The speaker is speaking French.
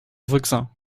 vexin